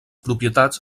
propietats